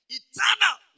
eternal